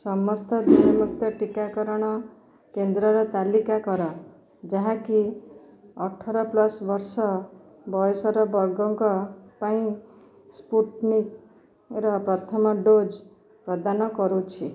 ସମସ୍ତ ଦେୟମୁକ୍ତ ଟିକାକରଣ କେନ୍ଦ୍ରର ତାଲିକା କର ଯାହାକି ଅଠର ପ୍ଲସ୍ ବର୍ଷ ବୟସର ବର୍ଗଙ୍କ ପାଇଁ ସ୍ପୁଟନିକ୍ର ପ୍ରଥମ ଡୋଜ୍ ପ୍ରଦାନ କରୁଛି